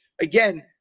again